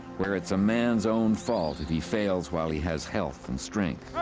where it is a man's own fault if he fails while he has health and strength.